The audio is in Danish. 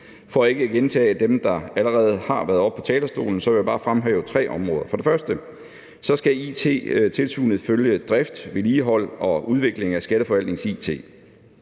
For ikke at gentage dem, der allerede har været oppe på talerstolen, vil jeg bare fremhæve tre områder. For det første skal It-tilsynet følge drift, vedligehold og udvikling af Skatteforvaltningens